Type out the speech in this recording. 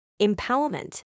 empowerment